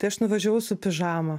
tai aš nuvažiavau su pižama